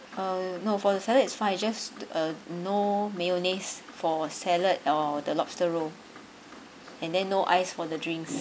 uh no for the salad is fine just uh no mayonnaise for salad or the lobster roll and then no ice for the drinks